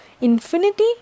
infinity